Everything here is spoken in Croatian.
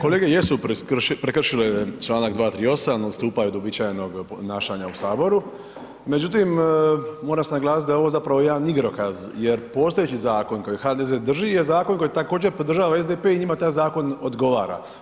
Kolege jesu prekršile čl. 238., odstupaju od uobičajenog ponašanja u Saboru međutim mora se naglasit da je ovo zapravo jedan igrokaz jer postojeći zakon koji HDZ drži je zakon koji također podržava SDP i njima taj zakon odgovara.